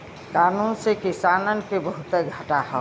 कानून से किसानन के बहुते घाटा हौ